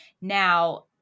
Now